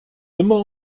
immer